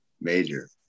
Major